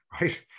right